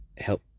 Help